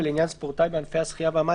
ולעניין ספורטאי בענפי השחייה והמים